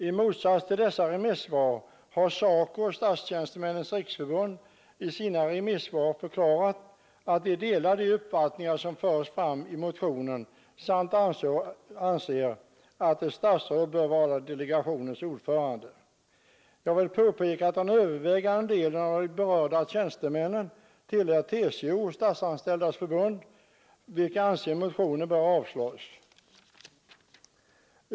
I motsats till dessa remissinstanser har SACO och SR i sina remissvar förklarat att de delar de uppfattningar som förs fram i motionen samt anser att ett statsråd bör vara delegationens ordförande. Jag vill påpeka att den övervägande delen av de berörda tjänstemännen tillhör TCO och SF, vilka anser att motionen bör avslås.